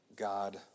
God